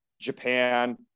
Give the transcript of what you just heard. Japan